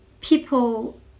people